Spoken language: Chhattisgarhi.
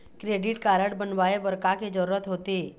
क्रेडिट कारड बनवाए बर का के जरूरत होते?